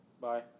Bye